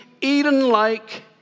Eden-like